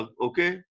okay